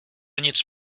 nic